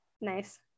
nice